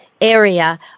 area